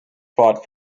fought